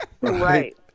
Right